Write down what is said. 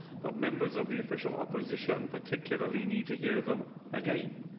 but members of the official opposition particularly need to hear them again.